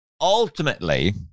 ultimately